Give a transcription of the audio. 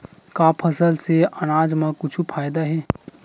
का फसल से आनाज मा कुछु फ़ायदा हे?